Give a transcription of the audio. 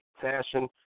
fashion